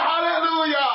Hallelujah